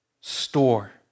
store